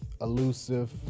elusive